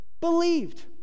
believed